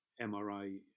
MRI